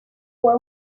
fue